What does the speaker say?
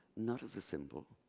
not as a symbol,